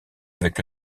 avec